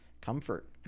comfort